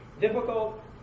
Difficult